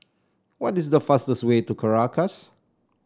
what is the fastest way to Caracas